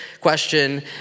question